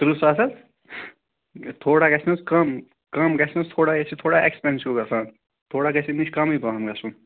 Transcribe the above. تٕرٛہ ساس حظ تھوڑا گژھِ نہٕ حظ کَم کَم گژھِ نہٕ حظ تھوڑا یہِ چھُ تھوڑا اٮ۪کٕسپٮ۪نسِو گژھان تھوڑا گژھِ اَمہِ نِش کَمٕے پَہَم گژھُن